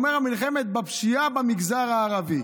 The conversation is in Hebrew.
הוא אומר: המלחמה בפשיעה במגזר הערבי.